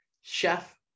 Chef